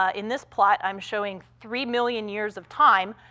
ah in this plot, i'm showing three million years of time,